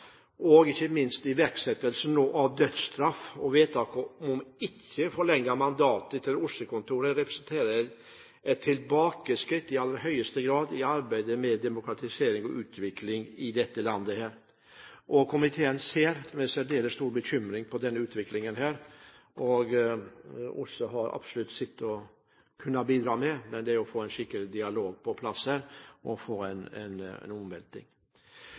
representerer i aller høyeste grad et tilbakeskritt i arbeidet for demokratisering og utvikling i dette landet. Komiteen ser med særdeles stor bekymring på denne utviklingen. OSSE har absolutt sitt å bidra med for å få en skikkelig dialog på plass, og få en omveltning. Når det gjelder OSSE, legger de også opp til en